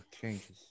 changes